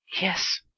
Yes